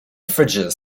fridges